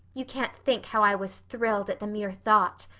you can't think how i was thrilled at the mere thought.